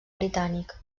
britànic